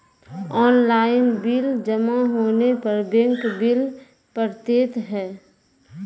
Online bill जमा होने पर बैंक बिल पड़तैत हैं?